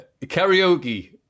Karaoke